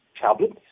tablets